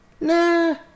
Nah